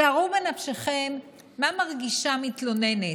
שערו בנפשכם מה מרגישה מתלוננת.